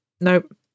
nope